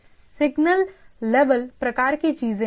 उसके आधार पर हम फिजिकल लेयर का ओवरव्यू देने की कोशिश करेंगे